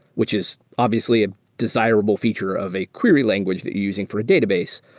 which is obviously a desirable feature of a query language that you're using for a database.